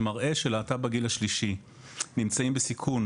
הזה מראה שלהט"ב בגיל השלישי נמצאים בסיכון